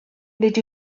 nid